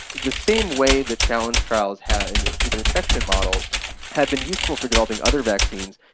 the same way the challenge trials have in human infection models have been useful for developing other vaccines,